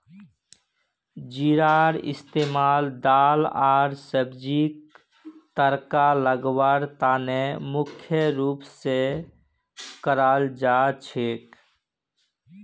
जीरार इस्तमाल दाल आर सब्जीक तड़का लगव्वार त न मुख्य रूप स कराल जा छेक